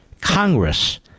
Congress